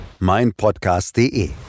meinpodcast.de